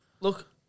Look